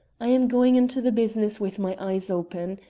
i am going into the business with my eyes open.